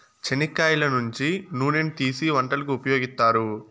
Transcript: చెనిక్కాయల నుంచి నూనెను తీసీ వంటలకు ఉపయోగిత్తారు